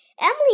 Emily